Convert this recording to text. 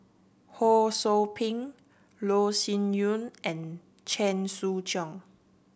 Ho Sou Ping Loh Sin Yun and Chen Sucheng